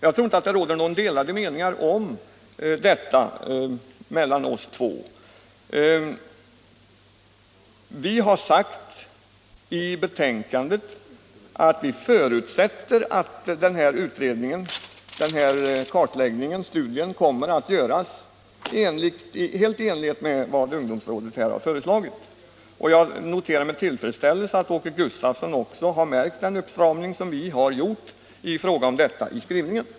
Jag tror inte att det råder några delade meningar om detta mellan oss två. Vi har sagt i betänkandet att vi förutsätter att kartläggningen kommer 120 att göras helt i enlighet med vad ungdomsrådet här har föreslagit. Med tillfredsställelse noterar jag att Åke Gustavsson också har märkt den uppstramning som vi har gjort i fråga om detta i skrivningen.